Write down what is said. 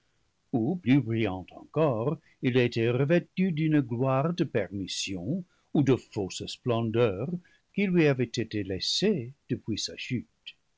ou plus brillant encore il était revêtu d'une gloire de permission ou de fausse splendeur qui lui avait été laissée depuis sa chute